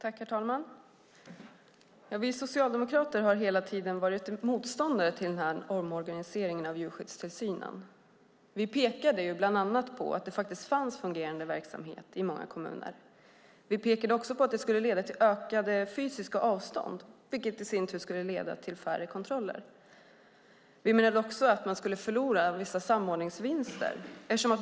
Herr talman! Vi socialdemokrater har hela tiden varit motståndare till omorganiseringen av djurskyddstillsynen. Vi pekade bland annat på att det fanns en fungerande verksamhet i många kommuner. Vi pekade också på att det skulle bli ökade fysiska avstånd, vilket i sin tur skulle leda till färre kontroller. Vi menade också att man skulle förlora vissa samordningsvinster.